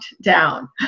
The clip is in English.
down